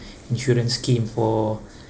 insurance scheme for